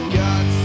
got